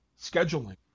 scheduling